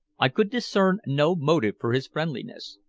i could discern no motive for his friendliness,